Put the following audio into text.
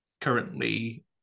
currently